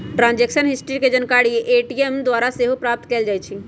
transaction history के जानकारी ATM द्वारा सेहो प्राप्त कएल जाइ छइ